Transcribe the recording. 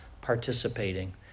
participating